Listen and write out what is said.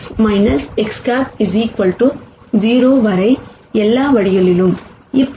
Ν kTtimes X X̂ 0 வரை எல்லா வழிகளிலும்